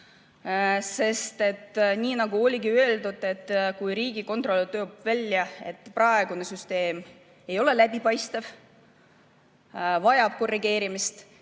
Nii nagu oligi öeldud, riigikontrolör toob välja, et praegune süsteem ei ole läbipaistev, vajab korrigeerimist.